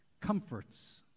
comforts